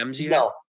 no